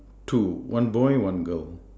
two one boy one girl